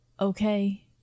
okay